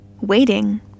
Waiting